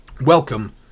welcome